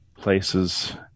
places